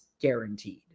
Guaranteed